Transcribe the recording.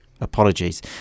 Apologies